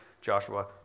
Joshua